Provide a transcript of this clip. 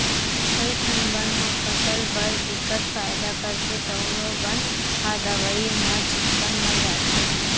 कइठन बन ह फसल बर बिकट फायदा करथे तउनो बन ह दवई म चिक्कन मर जाथे